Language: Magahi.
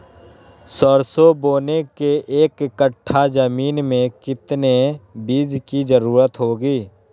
सरसो बोने के एक कट्ठा जमीन में कितने बीज की जरूरत होंगी?